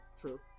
True